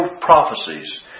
prophecies